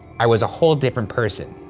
i was a whole different person.